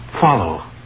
Follow